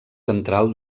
central